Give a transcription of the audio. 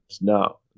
No